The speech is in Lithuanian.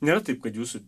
nėra taip kad jūsų